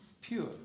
pure